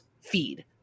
feed